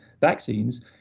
vaccines